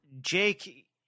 Jake